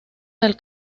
del